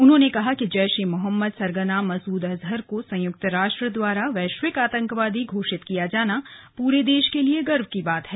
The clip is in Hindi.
उन्होंने कहा कि जैशे मोहम्मद सरगना मसूद अजहर को संयुक्त राष्ट्र द्वारा वैश्विक आतंकवादी घोषित किया जाना पूरे देश के लिए गर्व की बात है